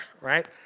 right